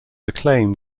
acclaim